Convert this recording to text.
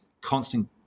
constant